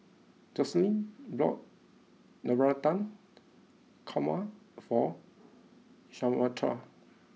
Joselin bought Navratan Korma for Samatha